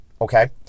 okay